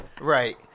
Right